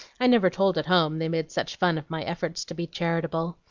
i never told at home, they made such fun of my efforts to be charitable.